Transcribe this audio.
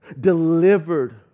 delivered